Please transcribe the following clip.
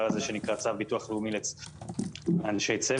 הזה שנקרא צו ביטוח לאומי לאנשי צוות.